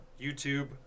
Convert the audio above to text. YouTube